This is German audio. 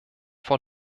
vor